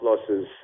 losses